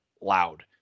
loud